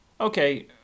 Okay